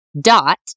dot